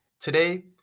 Today